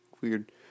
weird